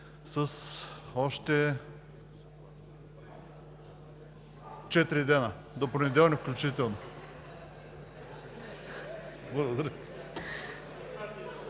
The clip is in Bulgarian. с още четири дни, до понеделник включително. Благодаря.